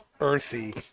earthy